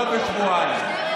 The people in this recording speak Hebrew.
לא בשבועיים.